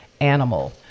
animal